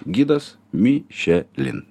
gidas mišelin